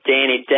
Danny